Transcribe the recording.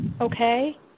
Okay